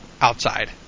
outside